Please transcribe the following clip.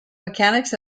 mechanics